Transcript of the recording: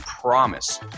promise